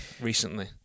recently